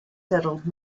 settled